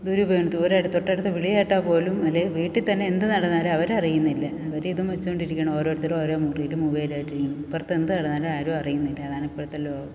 ദൂരെ തൊട്ടടുത്ത് വിളി കേട്ടാൽപ്പോലും അല്ലെങ്കിൽ വീട്ടിൽത്തന്നെ എന്തു നടന്നാലും അവരറിയുന്നില്ല അവരിതും വച്ചുകൊണ്ടിരിക്കുകയാണ് ഓരോരുത്തരും ഓരോ മുറിയിലും മൊബൈലുമായിട്ട് ഇരിക്കും ഇപ്പുറത്ത് എന്തു നടന്നാലും ആരും അറിയുന്നില്ല അതാണിപ്പോഴത്തെ ലോകം